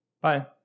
Bye